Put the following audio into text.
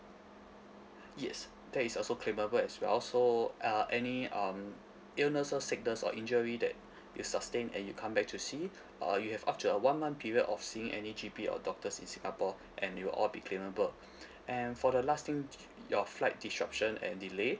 yes that is also claimable as well so uh any um illnesses sickness or injury that you sustain and you come back to see uh you have up to a one month period of seeing any G_P or doctors in singapore and it will all be claimable and for the last thing your flight disruption and delay